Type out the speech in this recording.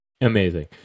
Amazing